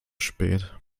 spät